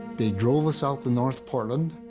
they drove us out to north portland,